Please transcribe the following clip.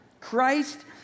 Christ